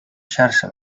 xarxa